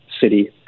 city